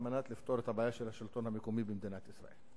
כדי לפתור את הבעיה של השלטון המקומי במדינת ישראל.